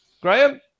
graham